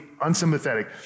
unsympathetic